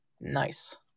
nice